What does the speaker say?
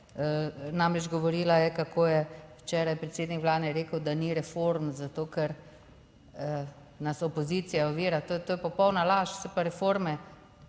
namreč, govorila je kako je včeraj predsednik Vlade rekel, da ni reform zato, ker nas opozicija ovira - to je popolna laž. So pa reforme,